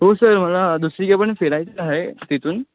हो सर मला दुसरीकडे पण फिरायचं आहे तिथून